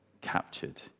captured